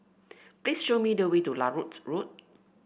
please show me the way to Larut Road